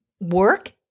work